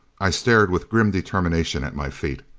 i stared with grim determination at my feet.